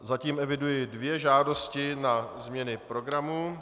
Zatím eviduji dvě žádosti na změnu programu.